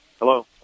Hello